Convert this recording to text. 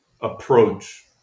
approach